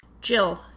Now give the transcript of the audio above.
Jill